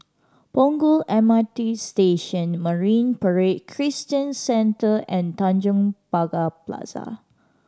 Punggol M R T Station Marine Parade Christian Centre and Tanjong Pagar Plaza